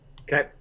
okay